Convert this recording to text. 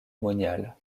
monial